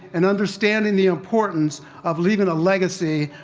and understanding the importance of leaving a legacy,